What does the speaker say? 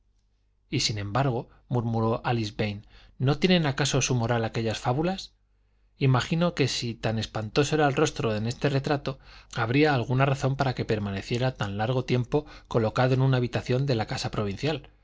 y sin embargo murmuró álice vane no tienen acaso su moral aquellas fábulas imagino que si era tan espantoso el rostro de este retrato habría alguna razón para que permaneciera tan largo tiempo colocado en una habitación de la casa provincial